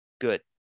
good